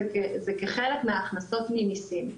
זה כחלק מההכנסות ממסים,